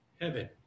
heaven